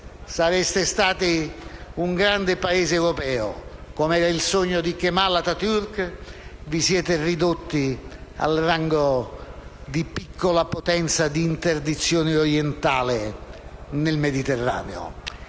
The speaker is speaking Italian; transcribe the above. sareste stati un grande Paese europeo, come nel sogno di Kemal Atatürk, e vi siete ridotti al rango di piccola potenza di interdizione orientale nel Mediterraneo.